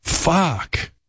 fuck